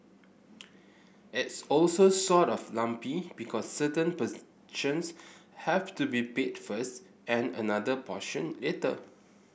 it's also sort of lumpy because certain have to be paid first and another portion later